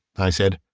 i said.